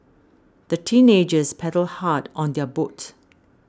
the teenagers paddled hard on their boat